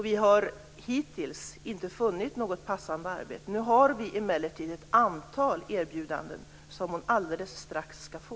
Vi har hittills inte funnit något passande arbete. Nu har vi emellertid ett antal erbjudanden som hon alldeles strax ska få.